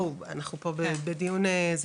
אנחנו פה בדיון,